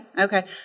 Okay